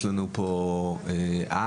יש לנו פה עם,